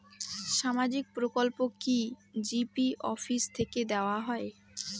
সামাজিক প্রকল্প কি জি.পি অফিস থেকে দেওয়া হয়?